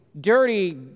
dirty